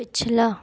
पिछला